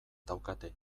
daukate